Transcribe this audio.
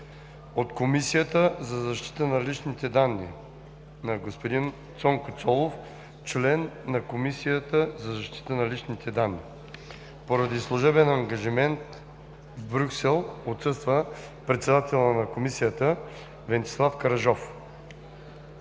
от Комисията за защита на личните данни да бъде допуснат господин Цонко Цолов – член на Комисията за защита на личните данни. Поради служебен ангажимент в Брюксел отсъства председателят на Комисията Венцислав Караджов.